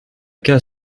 cas